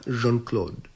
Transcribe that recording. Jean-Claude